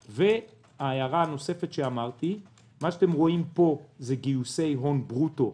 הערה נוספת שאמרתי: מה שאתם רואים פה זה גיוסי הון ברוטו,